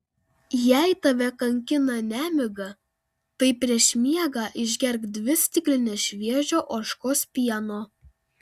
jei tave kankina nemiga tai prieš miegą išgerk dvi stiklines šviežio ožkos pieno